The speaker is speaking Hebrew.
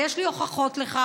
ויש לי הוכחות לכך,